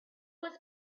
was